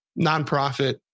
nonprofit